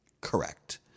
Correct